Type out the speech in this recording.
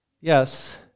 Yes